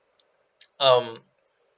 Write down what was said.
um